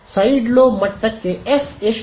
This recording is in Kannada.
ಸೈಡ್ ಲೋಬ್ ಮಟ್ಟಕ್ಕೆ ಎಫ್ ಎಷ್ಟು